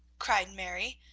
cried mary,